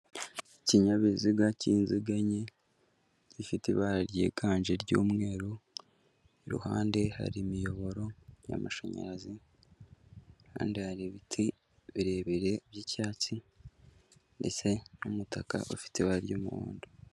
Ikinyabiziga cy'inziga enye, gifite ibara ryiganje ry'umweru, iruhande hari imiyoboro y'amashanyarazi kandi hari ibiti birebire by'icyatsi ndetse n'umutaka ufite ibara ry'umuhondo.